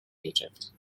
egypt